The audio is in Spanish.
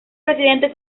residentes